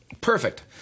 Perfect